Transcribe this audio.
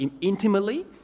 intimately